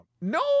No